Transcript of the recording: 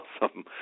awesome